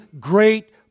great